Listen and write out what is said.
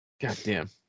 Goddamn